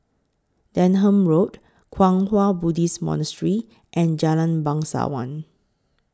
Denham Road Kwang Hua Buddhist Monastery and Jalan Bangsawan